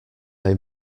they